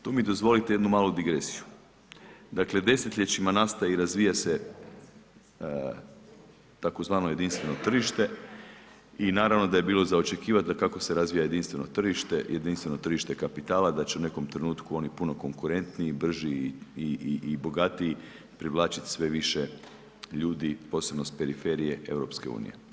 Tu mi dozvolite jednu malu digresiju, dakle desetljećima nastaje i razvija se tzv. jedinstveno tržište i naravno da je bilo za očekivat da kako se razvija jedinstveno tržište, jedinstveno tržište kapitala, da će u nekom trenutku oni puno konkurentniji, brži i bogatiji privlačit sve više ljudi, posebno s periferije EU.